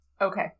Okay